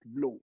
blow